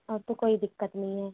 अब तो कोई दिक़्क़त नहीं है